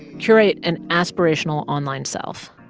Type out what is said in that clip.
curate an aspirational online self.